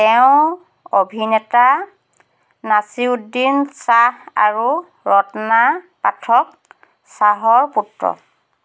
তেওঁ অভিনেতা নাছিৰুদ্দিন শ্বাহ আৰু ৰত্না পাঠক শ্বাহৰ পুত্ৰ